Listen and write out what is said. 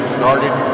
started